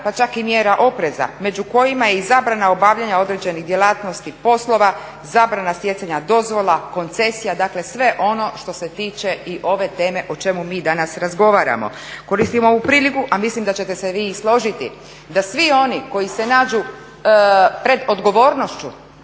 pa čak i mjera opreza među kojima je i zabrana obavljanja određenih djelatnosti poslova, zabrana stjecanja dozvola, koncesija dakle sve ono što se tiče i ove teme o čemu mi danas razgovaramo. Koristim ovu priliku, a mislim da ćete se vi i složiti, da svi oni koji se nađu pred odgovornošću